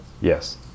Yes